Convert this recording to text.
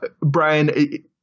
Brian